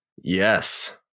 Yes